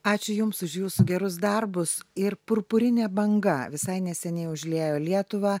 ačiū jums už jūsų gerus darbus ir purpurinė banga visai neseniai užliejo lietuvą